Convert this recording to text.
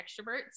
extroverts